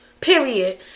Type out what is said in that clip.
Period